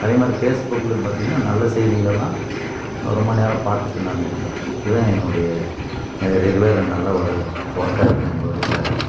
அதேமாதிரி ஃபேஸ்புக்லையும் பார்த்திங்கன்னா நல்ல செய்திகளலாம் ரொம்ப நேரம் பார்த்துட்டு நான் இருப்பேன் இதுதான் என்னுடைய ரெகுலராக நல்ல ஒரு ஒர்க்காக இருக்குது எங்களுடைய வேலை